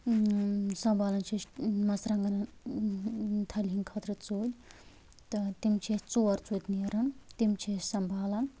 سنٛبھالان چھِ أسۍ مرژٕوانٛگن تھلہِ ہنٛدِ خٲطرٕ ژولۍ تہٕ تِم چھِ أسۍ ژور ژور نیران تِم چھِ أسۍ سنٛبھالان